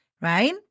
right